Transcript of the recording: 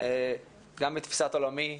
גם בתפיסת עולמי.